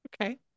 Okay